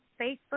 Facebook